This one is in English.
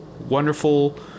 Wonderful